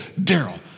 Daryl